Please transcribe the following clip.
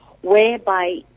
whereby